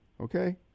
okay